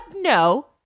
no